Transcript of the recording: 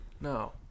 No